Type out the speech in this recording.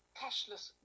cashless